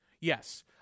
Yes